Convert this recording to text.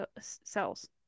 cells